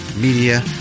Media